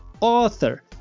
author